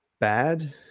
bad